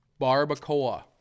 barbacoa